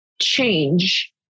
change